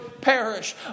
perish